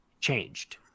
changed